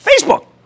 Facebook